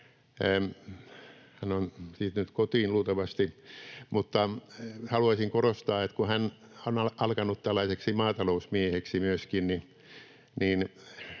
hän on siirtynyt kotiin luultavasti, mutta haluaisin korostaa, että kun hän on alkanut tällaiseksi maatalousmieheksi myöskin,